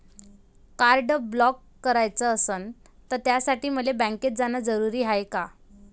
Card block कराच असनं त त्यासाठी मले बँकेत जानं जरुरी हाय का?